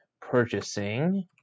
purchasing